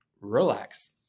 Relax